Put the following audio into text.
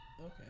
Okay